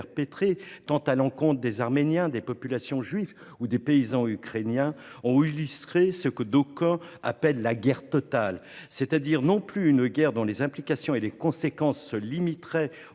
tant à l'encontre des Arméniens, des populations juives que des paysans ukrainiens a vu se développer ce que d'aucuns appellent la guerre totale, c'est-à-dire non plus une guerre dont les implications et les conséquences se limiteraient